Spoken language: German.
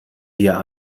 wir